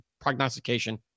prognostication